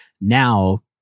Now